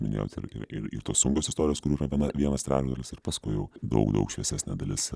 minėjot ir ir į tuos sunkios istorijos kurių yra viena vienas trečdalis ir paskui jau daug daug šviesesnė dalis